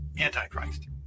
antichrist